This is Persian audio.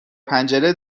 پنجره